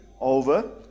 over